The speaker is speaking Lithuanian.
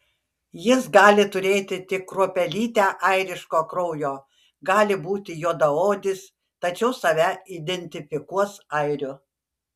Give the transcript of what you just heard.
jis gali turėti tik kruopelytę airiško kraujo gali būti juodaodis tačiau save identifikuos airiu